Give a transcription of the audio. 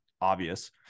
obvious